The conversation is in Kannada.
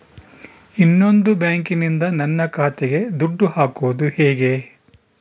ಇನ್ನೊಂದು ಬ್ಯಾಂಕಿನಿಂದ ನನ್ನ ಖಾತೆಗೆ ದುಡ್ಡು ಹಾಕೋದು ಹೇಗೆ?